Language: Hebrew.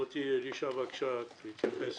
מוטי אלישע, בבקשה, תתייחס